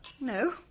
No